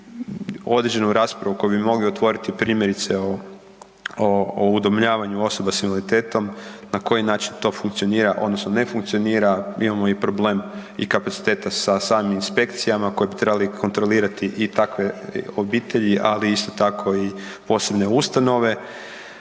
određenu raspravu koju bi mogli otvoriti, primjerice o udomljavanju osoba s invaliditetom na koji način to funkcionira odnosno ne funkcionira. Mi imamo problem i kapaciteta sa samim inspekcijama koji bi trebali kontrolirati i takve obitelji, ali isto tako i posebne ustanove.